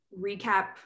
recap